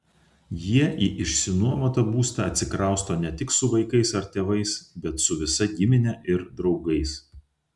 jie į išsinuomotą būstą atsikrausto ne tik su vaikais ar tėvais bet su visa gimine ir draugais